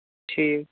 ٹھیٖک